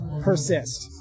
persist